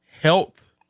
health